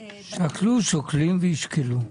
שקלו, שוקלים וישקלו.